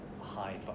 high